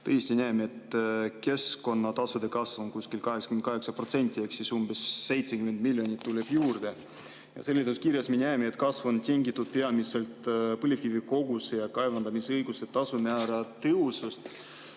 tõesti näeme, et keskkonnatasude kasv on 88% ehk umbes 70 miljonit tuleb juurde. Seletuskirjast näeme, et kasv on tingitud peamiselt põlevkivi koguse kaevandamisõiguse tasu määra tõusust.